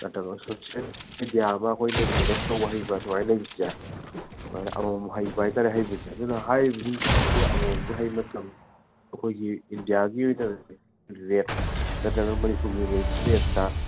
ꯅꯠꯇ꯭ꯔꯒ social media ꯑꯃ ꯑꯩꯈꯣꯏꯅ ꯃꯦꯅꯦꯖ ꯇꯧꯕ ꯍꯩꯕ ꯁꯨꯃꯥꯏꯅ ꯂꯩꯕꯁꯦ ꯁꯨꯃꯥꯏꯅ ꯑꯃꯃꯝ ꯍꯩꯕ ꯍꯥꯏꯇꯔꯦ ꯍꯩꯕꯁꯦ ꯑꯗꯨꯅ ꯍꯥꯏꯔꯤꯕꯁꯤꯡꯁꯦ ꯑꯃꯃꯝꯁꯦ ꯍꯩꯕ ꯃꯇꯝꯗ ꯑꯩꯈꯣꯏꯒꯤ ꯏꯟꯗꯤꯌꯥꯒꯤ ꯑꯣꯏꯅ ꯔꯦꯠ ꯅꯠꯇ꯭ꯔꯒꯅ ꯃꯅꯤꯄꯨꯔꯒꯤ ꯑꯣꯏꯅ ꯔꯦꯠꯇ